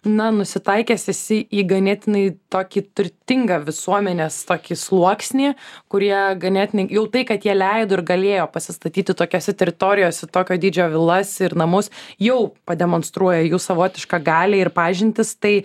na nusitaikęs esi į ganėtinai tokį turtingą visuomenės tokį sluoksnį kurie ganėtinai jau tai kad jie leido ir galėjo pasistatyti tokiose teritorijose tokio dydžio vilas ir namus jau pademonstruoja jų savotišką galią ir pažintis tai